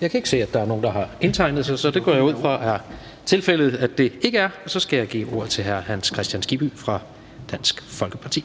Jeg kan ikke se, at der er nogen, der har indtegnet sig, så jeg går ud fra, at det ikke er tilfældet. Så skal jeg give ordet til hr. Hans Kristian Skibby fra Dansk Folkeparti.